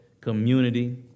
community